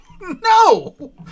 no